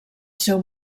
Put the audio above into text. seu